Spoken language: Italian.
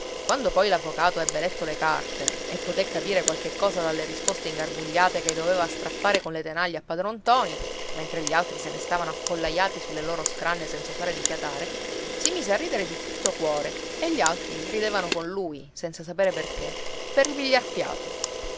quando poi l'avvocato ebbe letto le carte e poté capire qualche cosa dalle risposte ingarbugliate che doveva strappare con le tenaglie a padron ntoni mentre gli altri se ne stavano appollaiati sulle loro scranne senza osare di fiatare si mise a ridere di tutto cuore e gli altri ridevano con lui senza sapere perché per ripigliar fiato